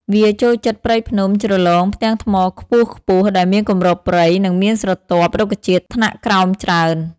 វាចូលចិត្តព្រៃភ្នំ ជ្រលង ផ្ទាំងថ្មខ្ពស់ៗ ដែលមានគម្របព្រៃ និងមានស្រទាប់ រុក្ខជាតិថ្នាក់ក្រោមច្រើន។